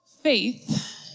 faith